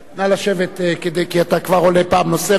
נא לשבת, כי אתה כבר עולה פעם נוספת.